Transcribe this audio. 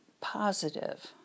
positive